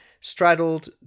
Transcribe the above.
straddled